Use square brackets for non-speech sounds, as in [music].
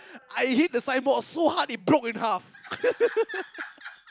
I hit the sign board so hard it broke in half [laughs]